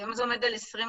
היום זה עומד על 20%,